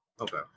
Okay